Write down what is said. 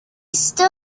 stood